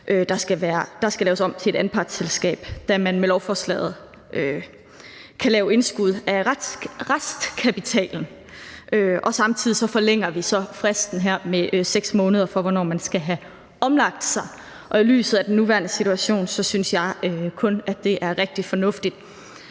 der skal laves om til et anpartsselskab, da man med lovforslaget kan lave indskud af restkapitalen. Samtidig forlænger vi så fristen for, hvornår man skal have omlagt sig, med 6 måneder, og i lyset af den nuværende situation synes jeg kun, at det er rigtig fornuftigt.